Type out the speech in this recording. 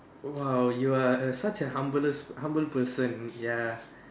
!wow! you are a such a humblest humble person ya